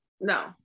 no